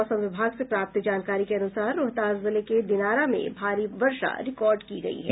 मौसम विभाग से प्राप्त जानकारी के अनुसार रोहतास जिले के दिनारा में भारी वर्षा रिकार्ड की गयी है